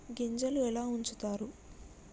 గింజలు ఎలా ఉంచుతారు?